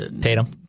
Tatum